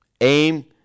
aim